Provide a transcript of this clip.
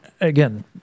again